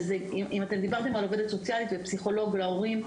אם דיברתם על עובדת סוציאלית ופסיכולוג להורים,